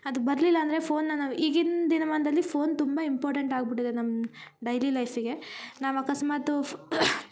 ಅದು ಬರಲಿಲ್ಲ ಅಂದರೆ ಫೋನ್ನ ನಾವು ಈಗಿನ ದಿನಮಾನದಲ್ಲಿ ಫೋನ್ ತುಂಬ ಇಂಪಾರ್ಟೆಂಟ್ ಆಗ್ಬುಟ್ಟಿದೆ ನಮ್ಮ ಡೈಲಿ ಲೈಫಿಗೆ ನಾವು ಅಕಸ್ಮಾತು ಫ್